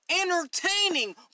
entertaining